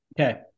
Okay